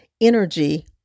energy